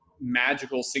magical